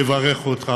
לברך אותך,